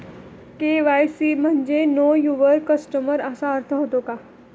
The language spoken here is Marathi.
के.वाय.सी म्हणजे नो यूवर कस्टमर असा अर्थ होतो का?